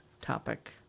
topic